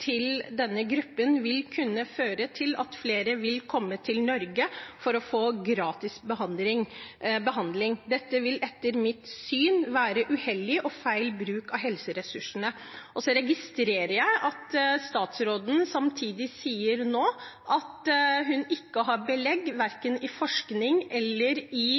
til denne gruppen «vil kunne føre til at flere vil komme til Norge for å få gratis behandling. Det vil etter mitt syn være uheldig og feil bruk av helseressursene.» Jeg registrerer samtidig at statsråden nå sier at hun ikke har belegg for det, verken i forskning eller